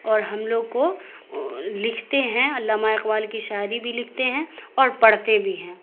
اور ہم لوگ کو لکھتے ہیں علامہ اقبال کی شاعری بھی لکھتے ہیں اور پڑھتے بھی ہیں